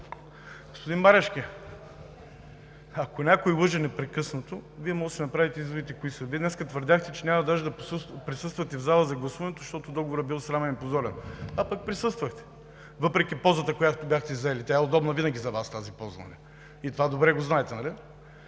Господин Марешки, ако някой лъже непрекъснато, Вие може да си направите изводите, кои са. Вие днес твърдяхте, че няма даже да присъствате в залата за гласуването, защото Договорът бил срамен и позорен, а пък присъствахте, въпреки позата, която бяхте заели. Тя е удобна винаги за Вас, тази поза! И това добре го знаете, нали?